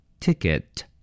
Ticket